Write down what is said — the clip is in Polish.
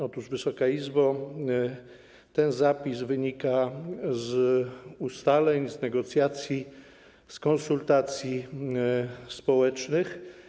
Otóż, Wysoka Izbo, ten zapis wynika z ustaleń, z negocjacji, z konsultacji społecznych.